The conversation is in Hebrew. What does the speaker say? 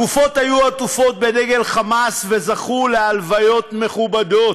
הגופות היו עטופות בדגל "חמאס" וזכו להלוויות מכובדות.